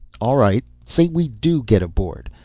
all right say we do get aboard.